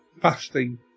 fasting